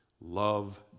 love